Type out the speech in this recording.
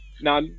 Now